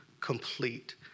complete